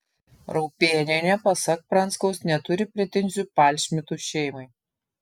raupėnienė pasak pranskaus neturi pretenzijų palšmitų šeimai